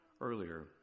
earlier